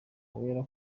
wera